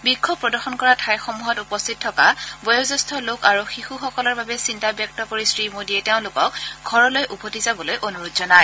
বিক্ষোভ প্ৰদৰ্শন কৰা ঠাইসমূহত উপস্থিত থকা বয়োজ্যেষ্ঠ লোক আৰু শিশুসকলৰ বাবে চিন্তা ব্যক্ত কৰি শ্ৰীমোদীয়ে তেওঁলোকক ঘৰলৈ উভতি যাবলৈ অনুৰোধ জনায়